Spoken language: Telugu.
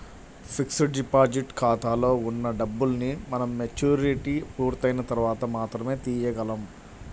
ఫిక్స్డ్ డిపాజిట్ ఖాతాలో ఉన్న డబ్బుల్ని మనం మెచ్యూరిటీ పూర్తయిన తర్వాత మాత్రమే తీయగలం